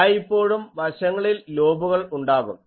എല്ലായിപ്പോഴും വശങ്ങളിൽ ലോബുകൾ ഉണ്ടാകും